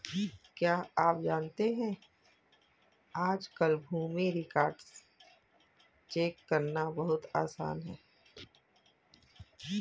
क्या आप जानते है आज कल भूमि रिकार्ड्स चेक करना बहुत आसान है?